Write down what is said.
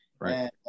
Right